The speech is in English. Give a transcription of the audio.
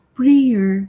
prayer